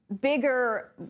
bigger